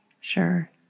Sure